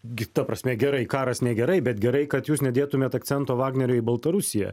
gi ta prasme gerai karas negerai bet gerai kad jūs nedėtumėt akcento vagneriui į baltarusiją